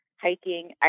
hiking